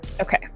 Okay